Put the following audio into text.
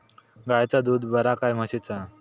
गायचा दूध बरा काय म्हशीचा?